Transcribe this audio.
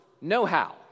know-how